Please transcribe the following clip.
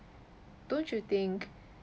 don't you think